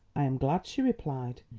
i am glad, she replied,